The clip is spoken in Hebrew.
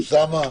אוסאמה?